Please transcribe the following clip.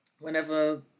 whenever